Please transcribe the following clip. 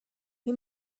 این